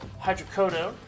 hydrocodone